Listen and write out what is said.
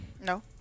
No